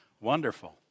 Wonderful